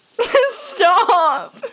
stop